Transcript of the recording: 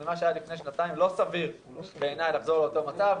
מה שהיה לפני שנתיים לא סביר בעיניי לחזור לאותו מצב.